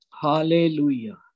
Hallelujah